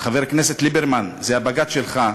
חבר הכנסת ליברמן, זה הבג"ץ שלך: